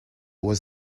was